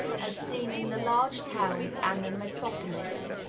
as seen in the large towns and the metropolis.